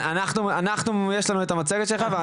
אני